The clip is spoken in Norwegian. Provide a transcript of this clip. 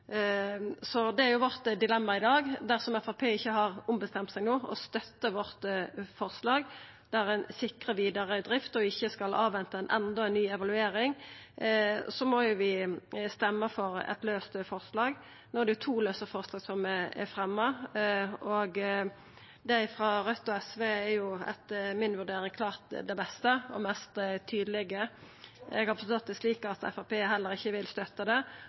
så det er dilemmaet vårt i dag. Dersom Framstegspartiet ikkje har ombestemt seg no – og støttar forslaget vårt der ein sikrar vidare drift og ikkje skal avventa enda ei ny evaluering – må vi røysta for eit laust forslag. No er det jo to lause forslag som er fremja. Det frå Raudt og SV er etter mi vurdering klart det beste og mest tydelege. Eg har forstått det slik at Framstegspartiet heller ikkje vil støtta det.